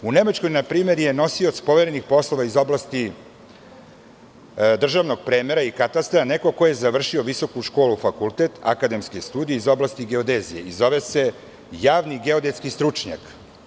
U Nemačkoj, na primer, je nosilac poverenih poslova iz oblasti državnog premera i katastra neko ko je završio visoku školu, fakultet, akademske studije iz oblasti geodezije i zove se javni geodetski stručnjak.